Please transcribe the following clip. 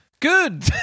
Good